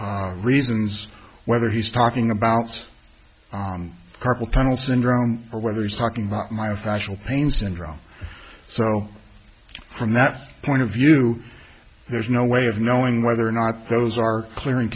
of reasons whether he's talking about carpal tunnel syndrome or whether he's talking about my factual pain syndrome so from that point of view there's no way of knowing whether or not those are clear